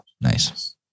Nice